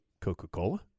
Coca-Cola